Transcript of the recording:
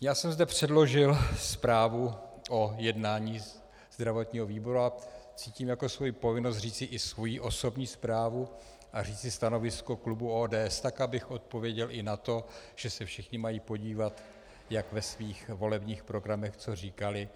Já jsem zde předložil zprávu o jednání zdravotního výboru a cítím jako svoji povinnost říci i svoji osobní zprávu a říci stanovisko klubu ODS tak, abych odpověděl i na to, že se všichni mají podívat, jak ve svých volebních programech co říkali.